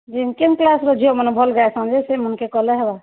ଯେନ୍ କେନ୍ କ୍ଲାସ୍ର ଝିଅମାନେ ଭଲ୍ ଗାଇସନ୍ ଯେ ସେମାନକେ କହିଲେ ହେବା